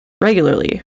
regularly